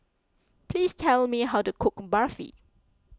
please tell me how to cook Barfi